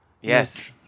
Yes